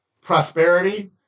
prosperity